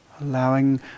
Allowing